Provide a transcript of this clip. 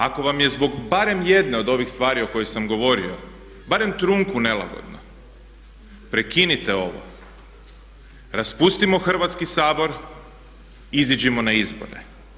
Ako vam je zbog barem jedne od ovih stvari o kojima sam govorio, barem trunku neugodno, prekinite ovo, raspustimo Hrvatski sabor, iziđimo na izbore.